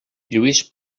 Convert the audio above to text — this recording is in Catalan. lluís